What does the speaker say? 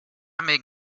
make